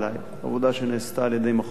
עבודה על-ידי מכון ון-ליר